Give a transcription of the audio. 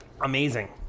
Amazing